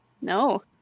No